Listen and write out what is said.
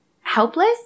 helpless